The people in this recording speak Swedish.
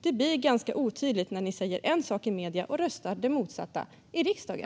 Det blir ganska otydligt när ni säger en sak i medierna och röstar på det motsatta i riksdagen.